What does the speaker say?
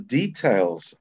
details